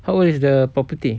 how old is the property